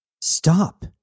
Stop